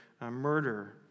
murder